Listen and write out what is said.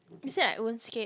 is it like runescape